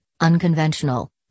unconventional